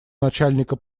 начальника